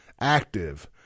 active